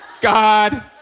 God